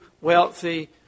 wealthy